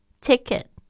Ticket